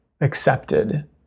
accepted